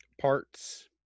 parts